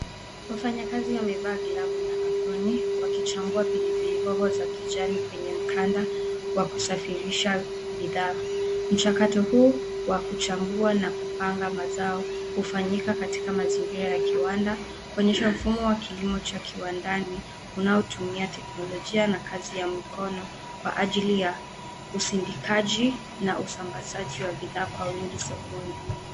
Wafanyakazi wamevaa glavu na aproni, wakichambua pilipili hoho za kijani kwenye mkanda wa kusafirisha bidhaa. Mchakato huu wa kuchambua na kupanga mazao, hufanyika katika mazingira ya kiwanda, kuonyesha mfumo wa kilimo cha kiwandani, unaotumia teknolojia na kazi ya mikono kwa ajili ya usindikaji na usambazaji wa bidhaa kwa wingi sokoni.